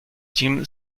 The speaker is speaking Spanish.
jim